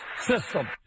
system